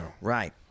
Right